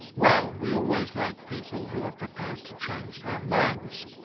well, we always like people who are prepared to change their minds.